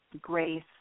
grace